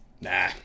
Nah